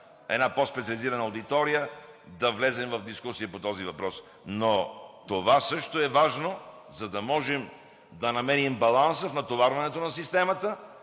една по-специализирана аудитория да влезем в дискусия по този въпрос. Това също е важно, за да можем да намерим баланса в натоварването на системата,